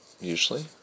Usually